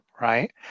right